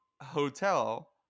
hotel